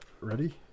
Ready